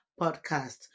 podcast